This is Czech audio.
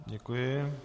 Děkuji.